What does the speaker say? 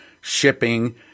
shipping